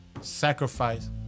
Sacrifice